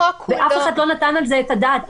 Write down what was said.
ואף אחד לא נתן על זה את הדעת.